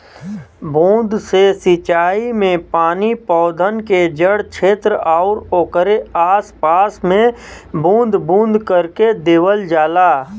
बूंद से सिंचाई में पानी पौधन के जड़ छेत्र आउर ओकरे आस पास में बूंद बूंद करके देवल जाला